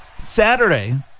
Saturday